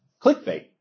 Clickbait